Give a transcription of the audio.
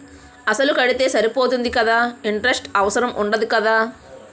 అసలు కడితే సరిపోతుంది కదా ఇంటరెస్ట్ అవసరం ఉండదు కదా?